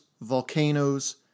volcanoes